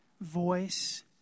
voice